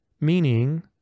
meaning